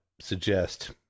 suggest